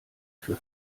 für